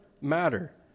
matter